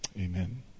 Amen